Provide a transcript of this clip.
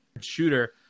shooter